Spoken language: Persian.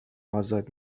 آزاد